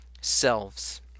selves